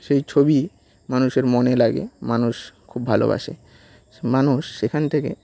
সেই ছবি মানুষের মনে লাগে মানুষ খুব ভালোবাসে মানুষ সেখান থেকে